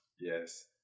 Yes